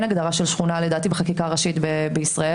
אין הגדרה של שכונה לדעתי בחקיקה הראשית בישראל,